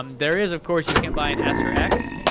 um there is of course, you can buy an s or x.